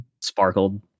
Sparkled